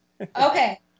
Okay